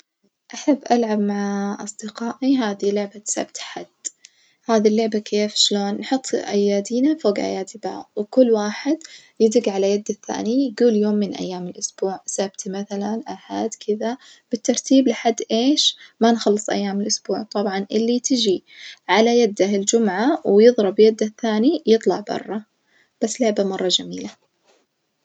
أحب ألعب مع أصدقائي هذي لعبة سبت حد هذي اللعبة كيف شلون؟ نحط أيادينا فوج أيادي بعظ، وكل واحد يدج على يد الثاني يجول يوم من أيام الأسبوع سبت مثلًا أحد كدة بالترتيب لحد إيش ما نخلص أيام الأسبوع، طبعًا اللي تيجي على يده الجمعة ويظرب يد الثاني يطلع برا بس لعبة مرة جميلة.